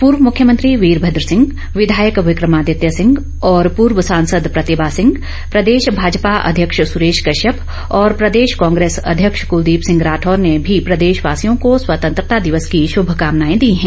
पूर्व मुख्यमंत्री वीरभद्र सिंह विधायक विक्रमादित्य सिंह और पूर्व सांसद प्रतिभा सिंह प्रदेश भाजपा अध्यक्ष सुरेश कश्यप और प्रदेश कांग्रेस अध्यक्ष कुलदीप सिंह राठौर ने भी प्रदेश वासियों को स्वतंत्रता दिवस की शुभकामनाएँ दी है